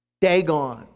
Dagon